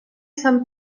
sant